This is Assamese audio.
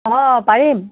অঁ পাৰিম